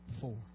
four